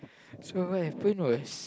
so what happened was